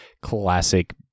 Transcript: classic